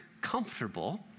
comfortable